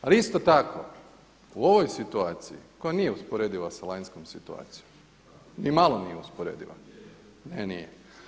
Ali isto tako u ovoj situaciji koja nije usporediva sa lanjskom situacijom, ni malo nije usporediva …… [[Upadica se ne čuje.]] Ne, nije.